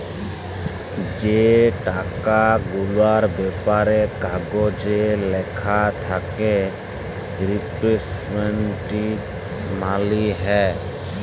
যে টাকা গুলার ব্যাপারে কাগজে ল্যাখা থ্যাকে রিপ্রেসেলট্যাটিভ মালি হ্যয়